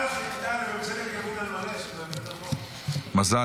אצלנו --- מזל.